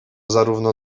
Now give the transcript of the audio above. zarówno